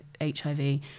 HIV